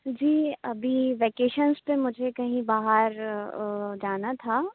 جی ابھی ویکیشنس پہ مجھے کہیں باہر جانا تھا